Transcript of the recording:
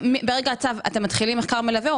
מרגע הצו אתם מתחילים מחקר מלווה?